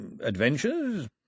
adventures